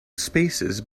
spaces